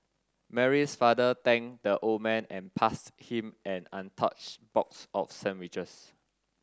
Mary's father thanked the old man and passed him an untouched box of sandwiches